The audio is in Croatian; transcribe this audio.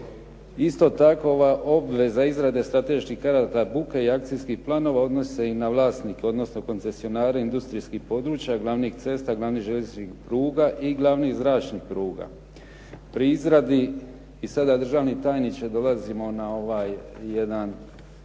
Isto tako, ova obveza izrade strateških karata buke i akcijskih planova odnose i na vlasnike, odnosno koncesionare industrijskih područja, glavnih cesta, glavnih željezničkih pruga i glavnih zračnih pruga. Pri izradi i sada državni tajniče dolazimo na ovaj jedan